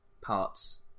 Parts